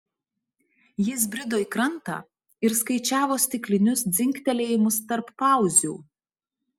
jis brido į krantą ir skaičiavo stiklinius dzingtelėjimus tarp pauzių